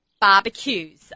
barbecues